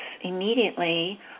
immediately